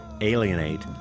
alienate